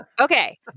Okay